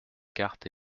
cartes